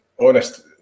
honest